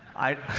i